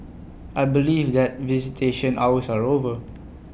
I believe that visitation hours are over